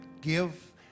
give